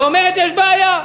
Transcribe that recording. ואומרת: יש בעיה,